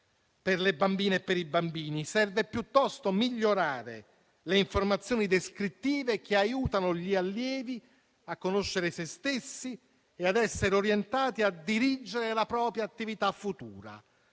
per le bambine e per i bambini. Serve, piuttosto, migliorare le informazioni descrittive, che aiutano gli allievi a conoscere se stessi e a essere orientati a dirigere la propria attività futura.